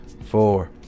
four